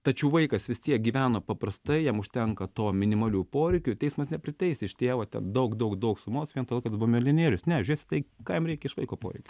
tačiau vaikas vis tiek gyveno paprastai jam užtenka to minimalių poreikių teismas nepriteisė tėvo ten daug daug daug sumos vien todėl kad jis buvo milijonierius nežiūrės į tai ką jam reikia iš vaiko poreikių